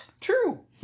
True